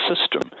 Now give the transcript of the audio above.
system